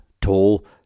Tall